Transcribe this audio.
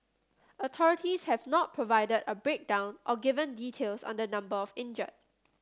authorities have not provided a breakdown or given details on the number of injured